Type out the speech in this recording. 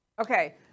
Okay